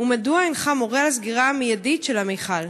2. מדוע אינך מורה על סגירה מיידית של המכל?